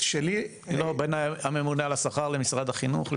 בין ממונה על השכר למשרד החינוך?